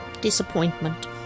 disappointment